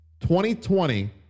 2020